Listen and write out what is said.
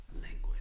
language